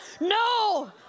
No